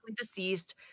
deceased